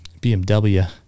BMW